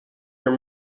your